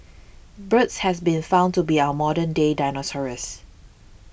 birds has been found to be our modern day